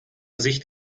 sicht